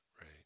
Right